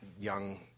young